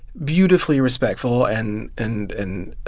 beautifully respectful and and and